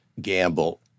gamble